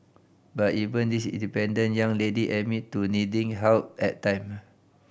but even this independent young lady admit to needing help at time